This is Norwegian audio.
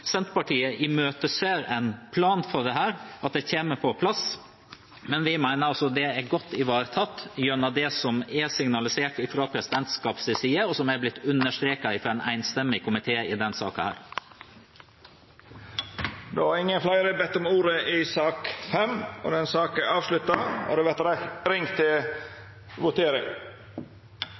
Senterpartiet imøteser at en plan for dette kommer på plass, men vi mener altså det er godt ivaretatt gjennom det som er signalisert fra presidentskapets side, og som er blitt understreket fra en enstemmig komité i denne saken. Fleire har ikkje bedt om ordet til sak nr. 5. Då er Stortinget klart til å gå til votering.